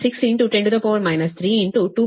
6 10 3 2π60 hertz ವ್ಯವಸ್ಥೆ